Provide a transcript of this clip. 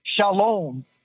shalom